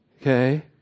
Okay